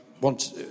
want